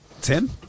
Tim